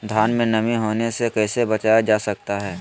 धान में नमी होने से कैसे बचाया जा सकता है?